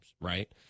right